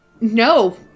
No